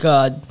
God